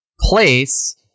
place